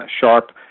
sharp